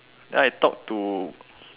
then I talk to